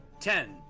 Ten